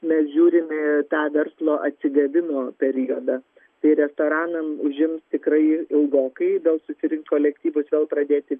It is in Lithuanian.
mes žiūrime tą verslo atsigavimo periodą tai restoranam užims tikrai ilgokai vėl susirinkt kolektyvus vėl pradėti